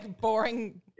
boring